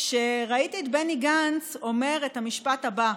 כשראיתי את בני גנץ אומר את המשפט הבא: